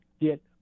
get